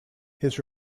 his